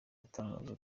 yatangaje